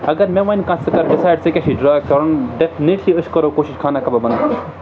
اگر مےٚ وۄنۍ کانٛہہ ژٕ کَر ڈِسایڈ ژےٚ کیٛاہ چھُ ڈرٛا کَرُن ڈیفِنِٹلی أسۍ کَرو کوٗشِش خانہ کُن